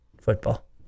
football